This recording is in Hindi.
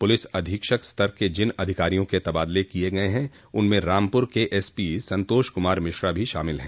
पुलिस अधीक्षक स्तर के जिन अधिकारियों के तबादले किये गये हैं उनमें रामपुर के एसपी संतोष कुमार मिश्रा भी शामिल हैं